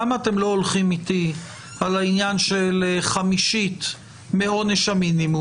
למה אתם לא הולכים איתי על חמישית מעונש המינימום?